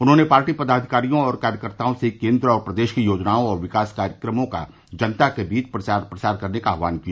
उन्होंने पार्टी पदाधिकारियों और कार्यकर्ताओं से केन्द्र और प्रदेश की योजनाओं और विकास कार्यक्रमों का जनता के बीच प्रचार प्रसार करने का आह्वान किया